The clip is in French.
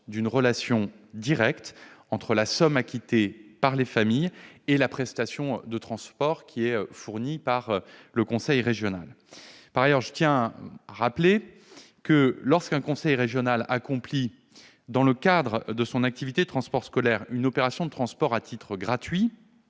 d'une relation directe entre la somme acquittée par les familles et la prestation de transport fournie par ce conseil régional. Par ailleurs, je tiens à rappeler que lorsqu'un conseil régional accomplit, dans le cadre de son activité de transports scolaires, une opération de transport à titre gratuit,